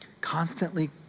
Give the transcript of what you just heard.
constantly